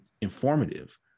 informative